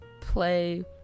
play